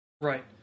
Right